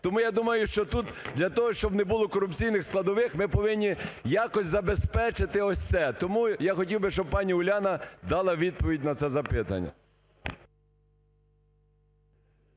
Тому, я думаю, що тут для того, щоб не було корупційних складових, ми повинні якось забезпечити ось це. Тому я хотів би, щоб пані Уляна дала відповідь на це запитання.